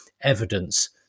evidence